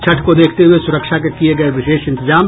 छठ को देखते हये सुरक्षा के किये गये विशेष इंतजाम